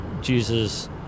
Jesus